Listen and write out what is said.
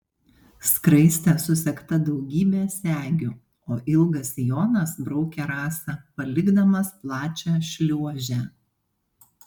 skraistė susegta daugybe segių o ilgas sijonas braukė rasą palikdamas plačią šliuožę